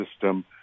system